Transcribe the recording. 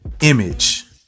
image